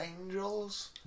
angels